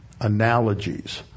analogies